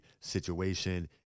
situation